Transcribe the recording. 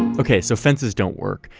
okay, so fences don't work.